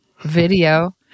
video